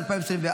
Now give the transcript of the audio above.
יצחק קרויזר